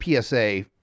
PSA